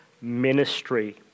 ministry